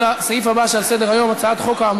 בני בגין, תוסיף אותו, חבר הכנסת בגין.